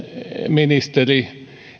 ministeri